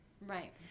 Right